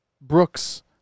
brooks